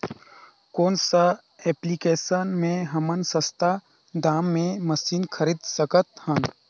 कौन सा एप्लिकेशन मे हमन सस्ता दाम मे मशीन खरीद सकत हन?